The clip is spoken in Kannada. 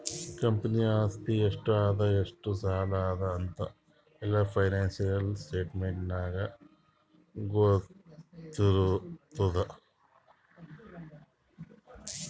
ಕಂಪನಿದು ಆಸ್ತಿ ಎಷ್ಟ ಅದಾ ಎಷ್ಟ ಸಾಲ ಅದಾ ಅಂತ್ ಎಲ್ಲಾ ಫೈನಾನ್ಸಿಯಲ್ ಸ್ಟೇಟ್ಮೆಂಟ್ ನಾಗೇ ಗೊತ್ತಾತುದ್